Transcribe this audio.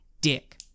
dick